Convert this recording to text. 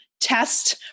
test